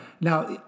Now